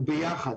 וביחד,